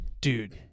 dude